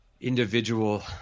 individual